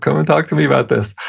come and talk to me about this,